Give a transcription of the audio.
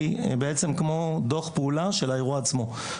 היא כמו דוח פעולה של האירוע עצמו.